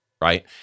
right